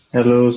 Hello